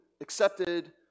accepted